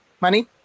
money